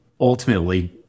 ultimately